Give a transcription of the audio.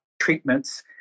treatments